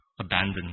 abandoned